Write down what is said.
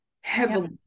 heavily